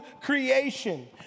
creation